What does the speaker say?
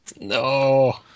No